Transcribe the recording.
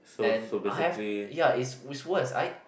and I have ya it's it's worst I